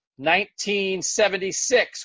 1976